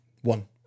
one